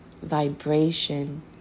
vibration